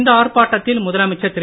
இந்த ஆர்ப்பாட்டத்தில் முதலமைச்சர் திரு